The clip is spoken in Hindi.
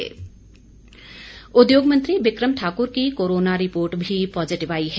बिक्रम ठाकुर उद्योग मंत्री बिक्रम ठाकुर की कोरोना रिपोर्ट भी पॉजिटिव आई है